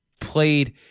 played